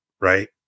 Right